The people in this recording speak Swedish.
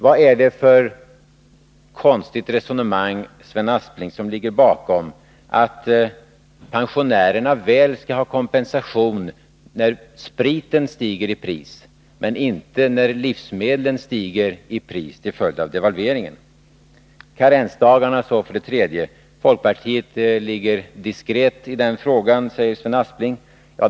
Vad är det för ett konstigt resonemang, Sven Aspling, som ligger till grund för att pensionärerna väl skall ha kompensation när spriten stiger i pris men inte när livsmedlen stiger i pris till följd av devalveringen? Ett tredje område är karensdagarna. Folkpartiet ligger lågt i den frågan, säger Sven Aspling.